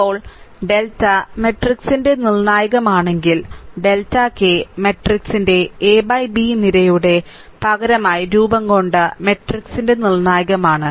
ഇപ്പോൾ ഡെൽറ്റ മാട്രിക്സിന്റെ നിർണ്ണായകമാണെങ്കിൽ ഡെൽറ്റ k മാട്രിക്സിന്റെ എ ബി നിരയുടെ പകരമായി രൂപംകൊണ്ട മാട്രിക്സിന്റെ നിർണ്ണായകമാണ്